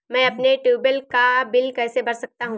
मैं अपने ट्यूबवेल का बिल कैसे भर सकता हूँ?